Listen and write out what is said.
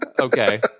Okay